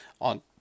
on